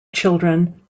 children